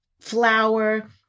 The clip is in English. flour